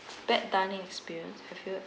bad dining experience have you